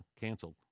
Canceled